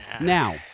Now